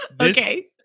Okay